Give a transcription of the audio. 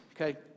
okay